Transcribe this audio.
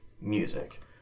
Music